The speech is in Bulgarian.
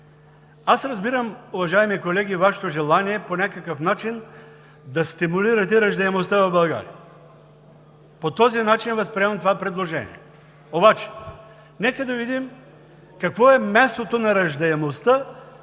Аз разбирам, уважаеми колеги, Вашето желание по някакъв начин да стимулирате раждаемостта в България. По този начин възприемам това предложение. Нека да видим обаче какво е мястото на раждаемостта